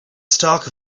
stalk